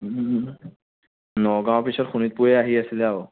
নগাঁৱৰ পিছত শোণিতপুৰে আহি আছিলে আৰু